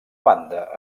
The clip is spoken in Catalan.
banda